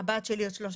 שלום לכולם,